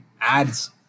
ads